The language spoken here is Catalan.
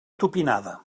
tupinada